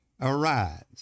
Arise